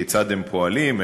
כיצד הם פועלים,